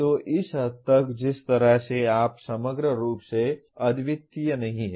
तो इस हद तक जिस तरह से आप समग्र रूप से अद्वितीय नहीं हैं